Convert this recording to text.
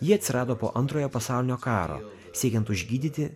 ji atsirado po antrojo pasaulinio karo siekiant užgydyti